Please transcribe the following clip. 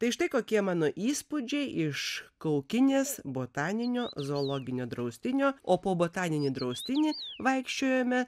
tai štai kokie mano įspūdžiai iš kaukinės botaninio zoologinio draustinio o po botaninį draustinį vaikščiojome